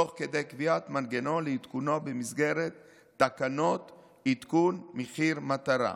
תוך כדי קביעת מנגנון לעדכונו במסגרת תקנות עדכון מחיר מטרה,